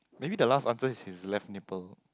maybe the last answer is his left nipple